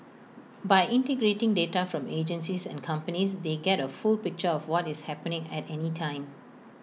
by integrating data from agencies and companies they get A full picture of what is happening at any time